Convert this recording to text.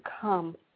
come